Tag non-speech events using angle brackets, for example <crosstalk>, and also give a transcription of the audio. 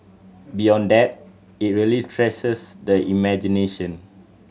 beyond that it really <unintelligible> the imagination